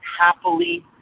happily